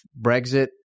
Brexit